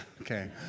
Okay